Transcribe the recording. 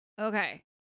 Okay